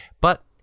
But